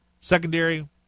Secondary